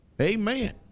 Amen